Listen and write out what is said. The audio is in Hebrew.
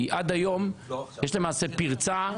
כי עד היום יש למעשה פירצה,